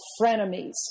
frenemies